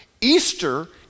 Easter